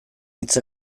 hitz